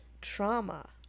trauma